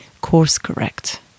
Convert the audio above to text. course-correct